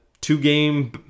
two-game